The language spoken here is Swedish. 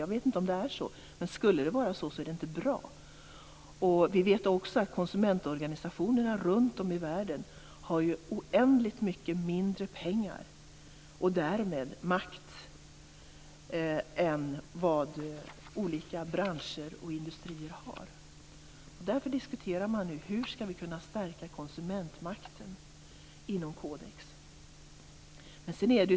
Jag vet inte om det är så. Men det är inte bra om det skulle vara så. Vi vet också att konsumentorganisationerna runtom i världen har oändligt mycket mindre pengar och därmed makt än vad olika branscher och industrier har. Därför diskuterar vi nu hur konsumentmakten kan stärkas inom Codex.